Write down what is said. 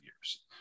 years